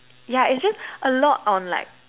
yeah it's just a lot on like